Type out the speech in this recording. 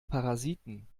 parasiten